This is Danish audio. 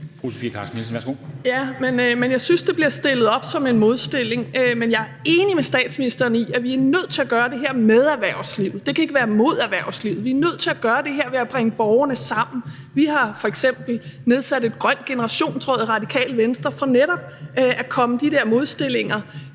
jeg synes, det bliver stillet op som en modstilling. Men jeg er enig med statsministeren i, at vi er nødt til at gøre det her med erhvervslivet. Det kan ikke gøres mod erhvervslivet. Vi er nødt til at gøre det her ved at bringe borgerne sammen. Vi har f.eks. i Radikale Venstre nedsat et grønt generationsråd for netop ikke at komme med de der modstillinger,